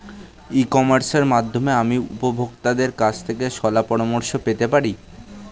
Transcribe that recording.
ই কমার্সের মাধ্যমে আমি উপভোগতাদের কাছ থেকে শলাপরামর্শ পেতে পারি?